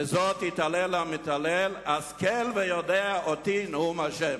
בזאת יתהלל המתהלל, השכל וידוע אותי, נאום ה'.